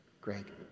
Greg